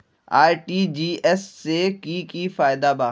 RTGS से की की फायदा बा?